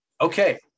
okay